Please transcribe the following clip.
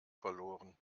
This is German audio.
verloren